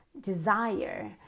desire